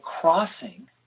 crossing